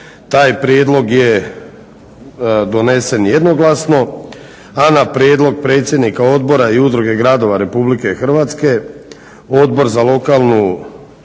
Taj prijedlog je donsen jednoglasno. A na prijedlog predsjednika odbora i udruge gradova RH Odbor za lokalnu